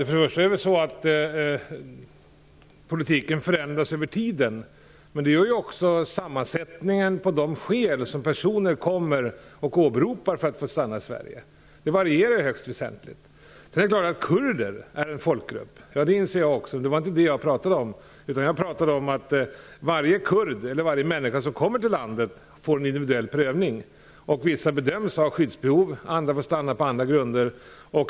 Fru talman! Politiken förändras över tiden, men det gäller också sammansättningen av de skäl som personer åberopar för att få stanna i Sverige. Det varierar alltså högst väsentligt. Det är klart att kurderna är en folkgrupp. Det inser jag, men det var inte det som jag pratade om. Jag pratade om att varje människa som kommer till vårt land får en individuell prövning. Vissa bedöms ha skyddsbehov. Andra får stanna på andra grunder.